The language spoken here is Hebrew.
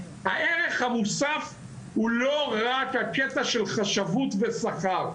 הערך המוסף הוא לא רק הקטע של חשבות ושכר.